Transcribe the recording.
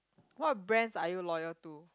what brands are you loyal to